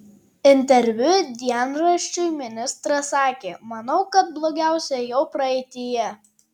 interviu dienraščiui ministras sakė manau kad blogiausia jau praeityje